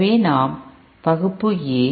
எனவே நாம் வகுப்பு A